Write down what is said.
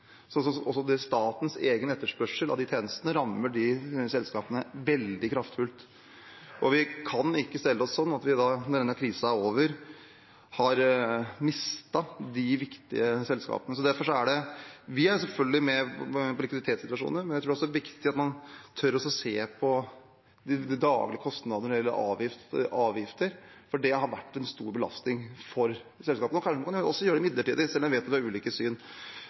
Også statens egen etterspørsel av de tjenestene rammer de selskapene veldig kraftfullt. Vi kan ikke stelle oss slik at vi, når denne krisen er over, har mistet de viktige selskapene. Vi er selvfølgelig med på likviditetssituasjonen, men jeg tror også det er viktig at man tør å se på de daglige kostnadene når det gjelder avgifter, for det har vært en stor belastning for selskapene. Det kan også gjøres midlertidig, selv om jeg vet at det er ulike syn.